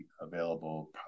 available